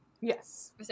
Yes